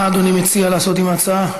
מה אדוני מציע לעשות עם ההצעה?